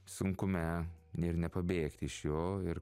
sunkume ir nepabėgti iš jo ir